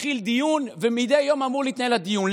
מתחיל דיון ומדי יום אמור להתנהל הדיון.